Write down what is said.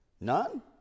None